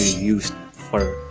used for